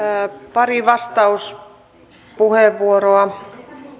pari vastauspuheenvuoroa